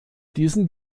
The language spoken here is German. diesen